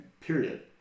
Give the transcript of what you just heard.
Period